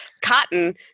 cotton